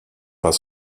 pas